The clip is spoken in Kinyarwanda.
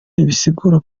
ntibisigura